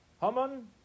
Haman